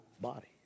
body